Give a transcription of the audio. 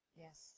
Yes